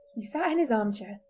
he sat in his arm-chair,